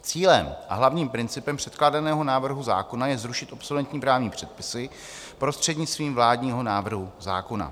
Cílem a hlavním principem předkládaného návrhu zákona je zrušit obsoletní právní předpisy prostřednictvím vládního návrhu zákona.